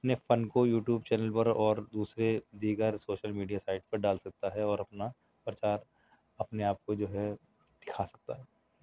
اپنے فن کو یوٹیوب چینل پر اور دوسرے دیگر سوشل میڈیا سائٹ پر ڈال سکتا ہے اور اپنا پرچار اپنے آپ کو جو ہے کھا سکتا ہے